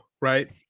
right